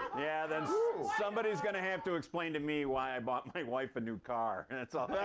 yeah, then somebody's going to have to explain to me why i bought my wife a new car. and that's all yeah